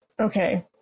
Okay